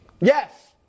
Yes